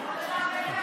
איזה עמוד זה?